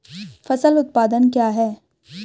फसल उत्पादन क्या है?